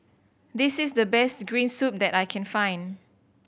this is the best green soup that I can find